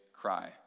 cry